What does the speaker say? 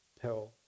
pill